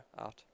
out